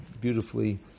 beautifully